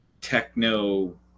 techno